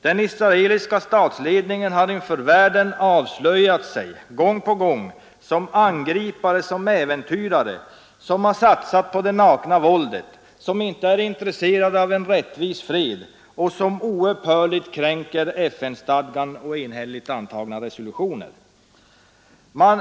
Den israeliska statsledningen har gång på gång inför världen avslöjat sig som angripare, som äventyrare som har satsat på det nakna våldet och som angripare som inte är intresserade av en rättvis fred utan som oupphörligt kränker FN-stadgan och av FN enhälligt antagna resolutioner.